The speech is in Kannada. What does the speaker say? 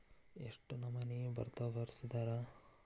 ಎಷ್ಟ್ ನಮನಿ ಬಾರೊವರ್ಸಿದಾರ?